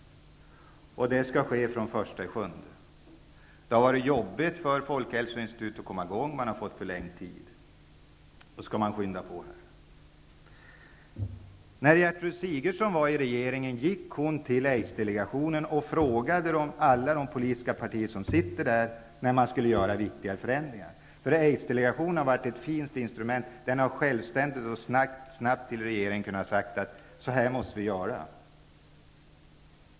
Det skall ske från den 1 juli. Det har varit jobbigt för folkhälsoinstitutet att komma i gång. Man har fått förlängd tid, men nu skall man skynda på. När Gertrud Sigurdsen satt i regeringen gick hon till Aids-delegationen och frågade företrädarna för alla de politiska partierna i delegationen när man skulle genomföra viktigare förändringar. Aidsdelegationen har utgjort ett fint instrument. Den har självständigt och snabbt kunnat säga till regeringen vad som måste göras.